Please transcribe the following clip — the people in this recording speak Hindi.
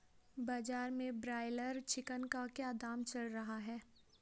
बाजार में ब्रायलर चिकन का क्या दाम चल रहा है?